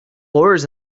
lawyers